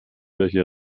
welche